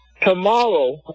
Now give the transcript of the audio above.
Tomorrow